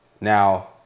Now